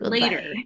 Later